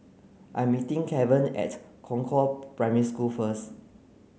I am meeting Keven at Concord Primary School first